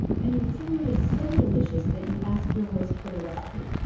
and your food is so delicious that you ask your host for the recipe.